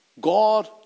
God